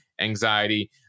anxiety